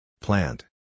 Plant